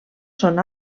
són